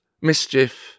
mischief